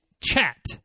chat